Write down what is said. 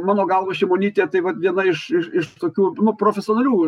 mano galva šimonytė tai vat viena iš iš iš tokių nu profesionalių